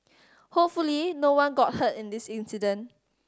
hopefully no one got hurt in this incident